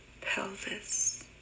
pelvis